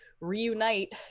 reunite